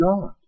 God